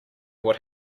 what